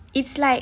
it's like